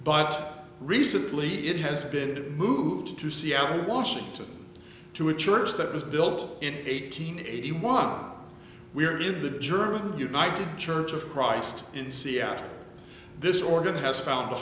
but recently it has been moved to seattle washington to a church that was built in eighteen eighty one we're in the german united church of christ in seattle this organ has found a